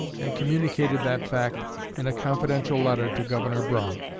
and communicated that fact in a confidential letter to governor brough.